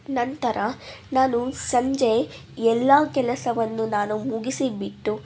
ನಂತರ ನಾನು ಸಂಜೆ ಎಲ್ಲ ಕೆಲಸವನ್ನು ನಾನು ಮುಗಿಸಿಬಿಟ್ಟು